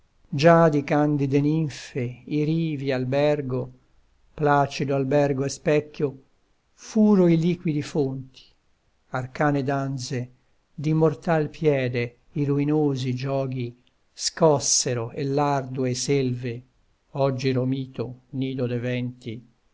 già di candide ninfe i rivi albergo placido albergo e specchio furo i liquidi fonti arcane danze d'immortal piede i ruinosi gioghi scossero e l'ardue selve oggi romito nido de venti